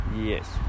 Yes